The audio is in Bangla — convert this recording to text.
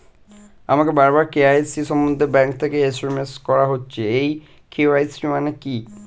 আমাকে বারবার কে.ওয়াই.সি সম্বন্ধে ব্যাংক থেকে এস.এম.এস করা হচ্ছে এই কে.ওয়াই.সি মানে কী?